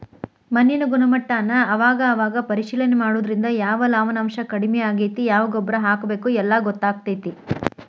ಮಣ್ಣಿನ ಗುಣಮಟ್ಟಾನ ಅವಾಗ ಅವಾಗ ಪರೇಶಿಲನೆ ಮಾಡುದ್ರಿಂದ ಯಾವ ಲವಣಾಂಶಾ ಕಡಮಿ ಆಗೆತಿ ಯಾವ ಗೊಬ್ಬರಾ ಹಾಕಬೇಕ ಎಲ್ಲಾ ಗೊತ್ತಕ್ಕತಿ